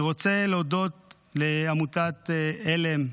אני רוצה להודות לעמותת עלם,